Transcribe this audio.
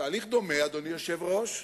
תהליך דומה, אדוני היושב-ראש,